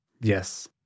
Yes